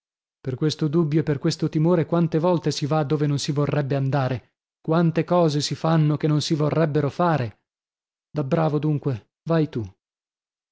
per questo dubbio e per questo timore quante volte si va dove non si vorrebbe andare quante cose si fanno che non si vorrebbero fare da bravo dunque vai tu